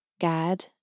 Gad